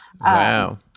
Wow